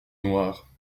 noires